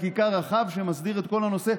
חקיקה רחב, שמסדיר את כל הנושא.